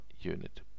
unit